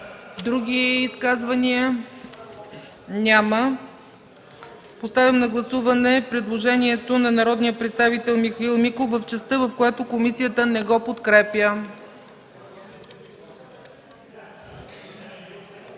Други изказвания? Няма. Поставям на гласуване предложението на народния представител Михаил Миков в частта, в която комисията не го подкрепя.